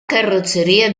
carrozzeria